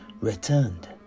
returned